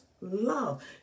love